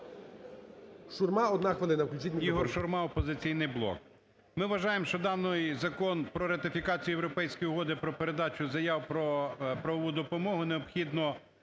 Шурма, одна хвилина.